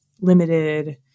limited